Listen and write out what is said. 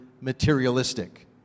materialistic